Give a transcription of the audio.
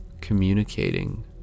communicating